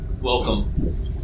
Welcome